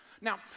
Now